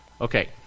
Okay